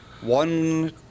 One